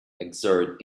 exert